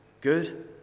good